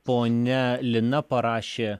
ponia lina parašė